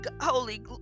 holy